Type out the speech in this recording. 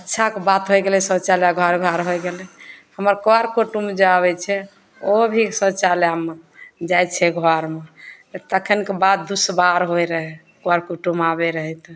अच्छाके बात होइ गेलै शौचालय घर घर होइ गेलै हमर कर कुटुम जे आबै छै ओहो भी शौचालयमे जाइ छै घरमे तऽ तखनके बात दुश्वार होइ रहै कर कुटुम आबै रहै तऽ